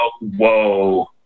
whoa